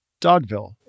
Dogville